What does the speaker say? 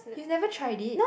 you never tried it